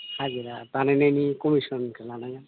हाजिरा बानायनायनि कमिसनखौ लानांगोन